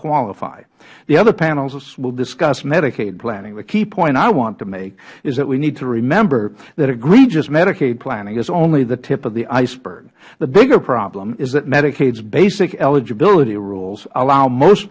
qualify the other panelists will discuss medicaid planning the key point i want to make is that we need to remember that egregious medicaid planning is only the tip of the iceberg the bigger problem is that medicaids basic eligibility rules allow most